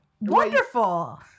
Wonderful